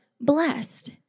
blessed